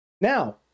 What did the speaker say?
Now